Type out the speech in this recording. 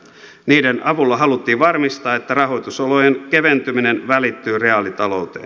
niiden avulla haluttiin varmistaa että rahoitusolojen keventyminen välittyy reaalitalouteen